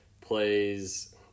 plays